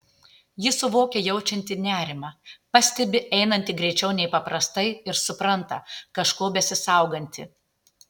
ji suvokia jaučianti nerimą pastebi einanti greičiau nei paprastai ir supranta kažko besisauganti